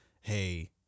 hey